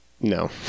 No